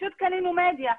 שפשוט קנינו מדיה.